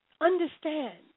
Understand